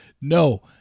No